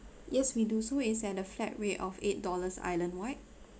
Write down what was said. yes we do so it's at a flat rate of eight dollars islandwide